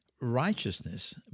Righteousness